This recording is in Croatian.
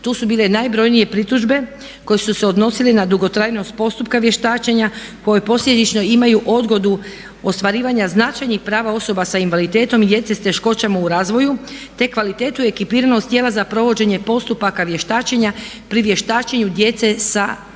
Tu su bile najbrojnije pritužbe koje su se odnosile na dugotrajnost postupka vještačenja koje posljedično imaju odgodu ostvarivanja značajnih prava osoba sa invaliditetom i djece s teškoćama u razvoju, te kvalitetu ekipiranost tijela za provođenje postupaka vještačenja pri vještačenju djece sa teškoćama